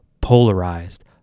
polarized